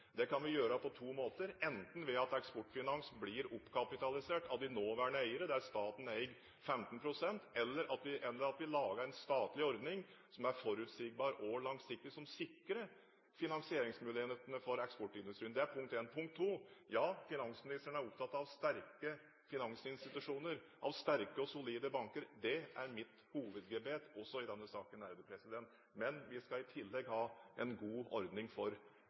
Det kan vi gjøre på to måter – enten ved at Eksportfinans blir oppkapitalisert av de nåværende eiere, der staten eier 15 pst., eller ved at vi lager en statlig ordning som er forutsigbar og langsiktig, som sikrer finansieringsmulighetene for eksportindustrien. Det er punkt én. Punkt to: Ja, finansministeren er opptatt av sterke finansinstitusjoner, av sterke og solide banker. Det er mitt hovedgebet også i denne saken. Men vi skal i tillegg ha en god ordning for